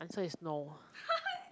answer is no